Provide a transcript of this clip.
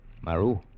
Maru